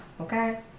okay